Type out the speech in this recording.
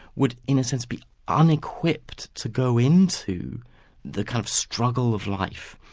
would in a sense be unequipped to go into the kind of struggle of life,